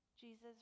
Jesus